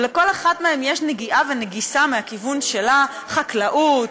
ולכל אחד מהד יש נגיעה ונגיסה מהכיוון שלו: חקלאות,